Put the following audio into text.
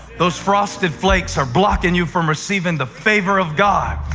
those frosted flakes are blocking you from receiving the favor of god.